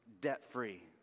debt-free